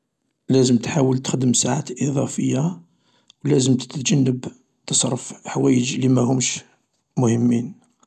لازم تحاول تخدم ساعات إضافية و لازم تتجنب تصرف حوايج لي ماهومش مهمين.